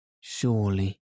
surely